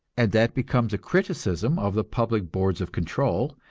and that becomes a criticism of the public boards of control,